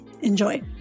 Enjoy